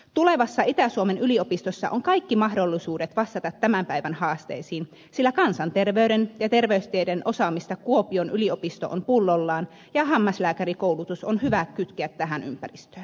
tulevassa itä suomen yliopistossa on kaikki mahdollisuudet vastata tämän päivän haasteisiin sillä kansanterveyden ja terveystiedon osaamista kuopion yliopisto on pullollaan ja hammaslääkärikoulutus on hyvä kytkeä tähän ympäristöön